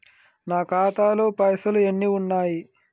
నా ఖాతాలో పైసలు ఎన్ని ఉన్నాయి?